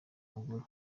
mugore